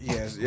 Yes